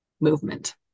movement